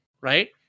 right